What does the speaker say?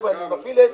חבר'ה, אני מפעיל עסק.